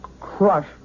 Crush